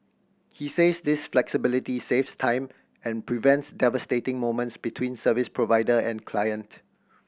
he says this flexibility saves time and prevents devastating moments between service provider and client